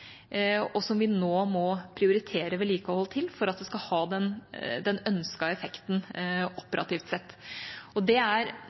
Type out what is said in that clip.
og som vi nå må prioritere vedlikehold av for at det skal kunne ha den ønskede effekten operativt sett. Det er